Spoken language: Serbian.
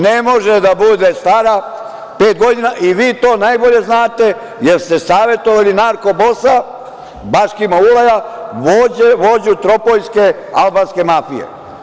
Ne može da bude stara pet godina i vi to najbolje znate, jer ste savetovali narko-bosa Baškima Ulaja, vođe tropoljske albanske mafije.